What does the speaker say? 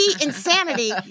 insanity